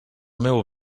meu